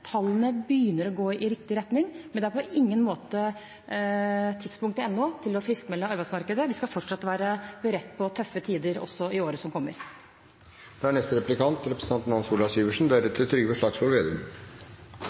Tallene begynner å gå i riktig retning, men det er på ingen måte tidspunktet ennå for å friskmelde arbeidsmarkedet. Vi skal fortsatt være beredt på tøffe tider også i årene som